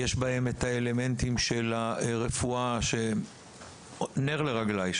יש בו את האלמנטים של הרפואה נר לרגליי,